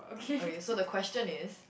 okay so the question is